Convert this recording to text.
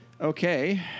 Okay